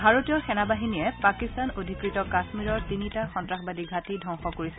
ভাৰতীয় সেনাবাহিনীয়ে পাকিস্তান অধিকৃত কাশ্মীৰৰ তিনিটা সন্তাসবাদী ঘাটি ধবংস কৰিছে